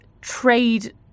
trade